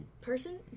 person